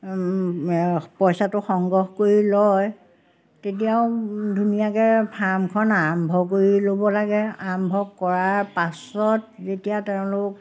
পইচাটো সংগ্ৰহ কৰি লয় তেতিয়াও ধুনীয়াকৈ ফাৰ্মখন আৰম্ভ কৰি ল'ব লাগে আৰম্ভ কৰাৰ পাছত যেতিয়া তেওঁলোক